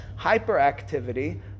hyperactivity